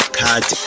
cut